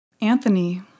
Anthony